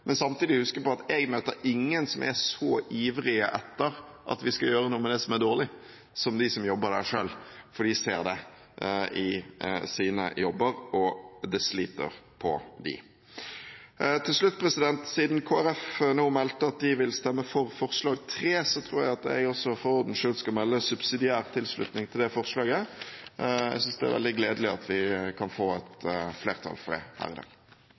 men samtidig huske på at det er ingen som er så ivrige etter at vi skal gjøre noe med det som er dårlig, som de som jobber der selv, for de ser det i sine jobber, og det sliter på dem. Til slutt: Siden Kristelig Folkeparti nå meldte at de vil stemme for forslag nr. 3, tror jeg at jeg også for ordens skyld skal melde subsidiær tilslutning til det forslaget. Jeg synes det er veldig gledelig at vi kan få et flertall for det her i dag.